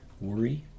Worry